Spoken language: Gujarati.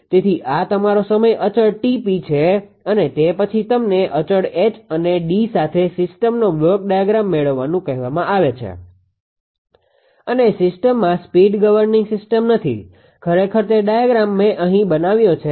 તેથી આ તમારો સમય અચળ 𝑇𝑝 છે અને તે પછી તમને અચળ H અને D સાથે સિસ્ટમનો બ્લોક ડાયાગ્રામ મેળવવાનું કહેવામાં આવે છે અને સીસ્ટમમાં સ્પીડ ગવર્નીંગ સિસ્ટમ નથી ખરેખર તે ડાયાગ્રામ મે અહીં બનાવ્યો છે